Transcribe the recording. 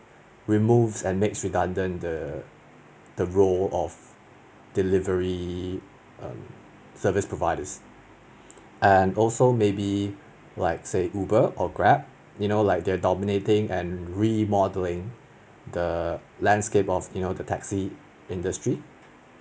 removes and makes redundant the the role of delivery um service providers and also maybe like say uber or grab you know like they are dominating and remodelling the landscape of you know the taxi industry